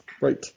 right